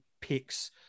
picks